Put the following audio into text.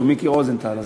רוזנטל: